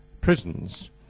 prisons